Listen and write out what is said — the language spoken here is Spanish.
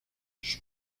sus